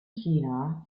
china